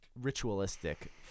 ritualistic